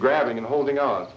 grabbing and holding on